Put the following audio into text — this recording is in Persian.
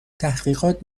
تحقیقات